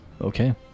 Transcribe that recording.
okay